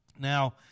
Now